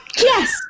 Yes